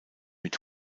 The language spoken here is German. mit